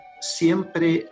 siempre